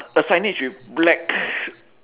a signage with black